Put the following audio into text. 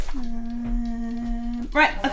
Right